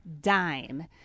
dime